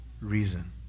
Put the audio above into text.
reason